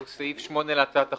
הסעיף הבא הוא סעיף 8 להצעת החוק.